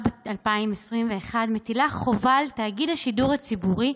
התשפ"ב 2021, מטילה חובה על תאגיד השידור הציבורי,